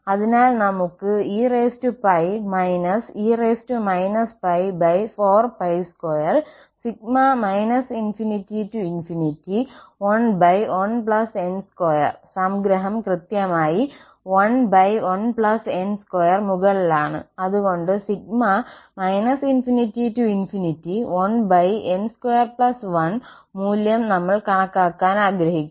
അതിനാൽ നമ്മൾക്ക് e e π42 ∞11n2 സംഗ്രഹം കൃത്യമായി 11n2 മുകളിലാണ് അതുകൊണ്ട് ∞1n21മൂല്യം നമ്മൾ കണക്കാക്കാൻ ആഗ്രഹിക്കുന്നു